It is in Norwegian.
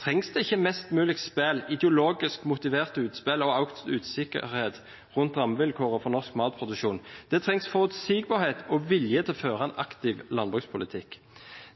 trengs det ikke mest mulig spill, ideologisk motiverte utspill og økt usikkerhet rundt rammevilkårene for norsk matproduksjon. Det trengs forutsigbarhet og vilje til å føre en aktiv landbrukspolitikk.